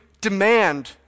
demand